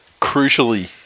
crucially